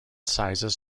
sizes